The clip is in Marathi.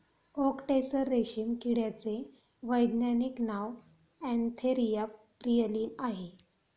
ओक टेसर रेशीम किड्याचे वैज्ञानिक नाव अँथेरिया प्रियलीन आहे